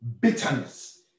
bitterness